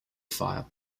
file